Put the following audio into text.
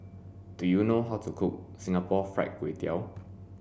do you know how to cook Singapore fried kway tiao